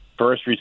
first